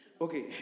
Okay